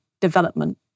development